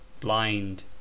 Blind